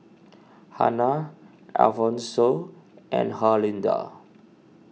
Hannah Alphonso and Herlinda